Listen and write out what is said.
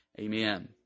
Amen